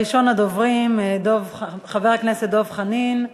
ראשון הדוברים, חבר הכנסת דב חנין,